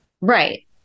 Right